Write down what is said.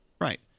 Right